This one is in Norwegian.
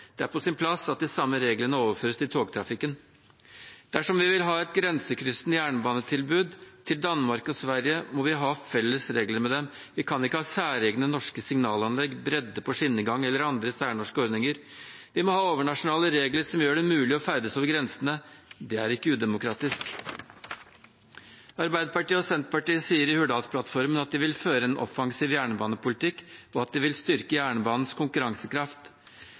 Det er på sin plass at de samme reglene overføres til togtrafikken. Dersom vi vil ha et grensekryssende jernbanetilbud til Danmark og Sverige, må vi ha felles regler med dem. Vi kan ikke ha særegne norske signalanlegg, bredde på skinnegang eller andre særnorske ordninger. Vi må ha overnasjonale regler som gjør det mulig å ferdes over grensene. Det er ikke udemokratisk. Arbeiderpartiet og Senterpartiet sier i Hurdalsplattformen at de vil føre en offensiv jernbanepolitikk, og at de vil styrke jernbanens konkurransekraft.